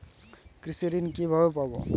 কৃষি ঋন কিভাবে পাব?